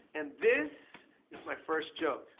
and this is my first joke.